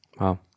Wow